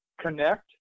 connect